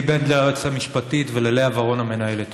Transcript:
לאתי בנדלר, היועצת המשפטית, וללאה ורון, המנהלת.